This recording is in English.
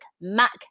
mac